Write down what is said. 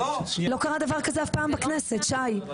לא קרה דבר כזה אף פעם בכנסת שי.